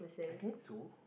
I think so